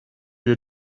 your